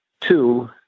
two